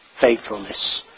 faithfulness